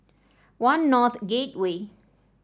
One North Gateway